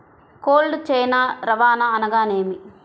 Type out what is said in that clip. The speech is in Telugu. కోల్డ్ చైన్ రవాణా అనగా నేమి?